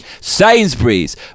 Sainsbury's